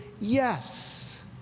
yes